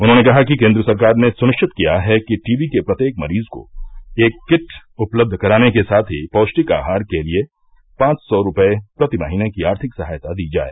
उन्होंने कहा कि केन्द्र सरकार ने सुनिश्चित किया है कि टीबी के प्रत्येक मरीज को एक किट उपलब्ध कराने के साथ ही पीष्टिक आहार के लिये पांच सौ रूपये प्रति महीने की आर्थिक सहायता दी जाए